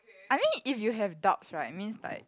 I mean if you have doubts right it means like